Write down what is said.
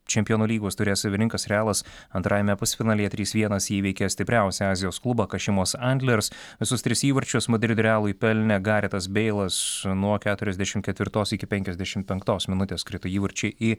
čempionų lygos taurės savininkas realas antrajame pusfinalyje trys vienas įveikė stipriausią azijos klubą kašimos antlers visus tris įvarčius madrido realui pelnė garetas beilas nuo keturiasdešim ketvirtos iki penkiasdešimt penktos minutės krito įvarčiai į